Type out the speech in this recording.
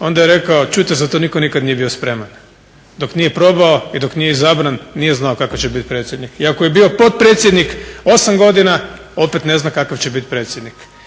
onda je rekao, čujte za to nitko nikada nije bio spreman. Dok nije probao i dok nije izabran nije znao kakav će biti predsjednik. I ako je bio potpredsjednik 8 godina opet ne zna kakav će biti predsjednik.